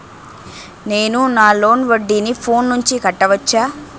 నేను నా లోన్ వడ్డీని ఫోన్ నుంచి కట్టవచ్చా?